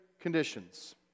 conditions